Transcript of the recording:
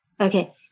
Okay